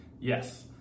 Yes